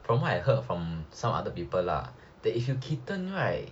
from what I heard from some other people lah that if you kitten right